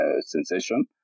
sensation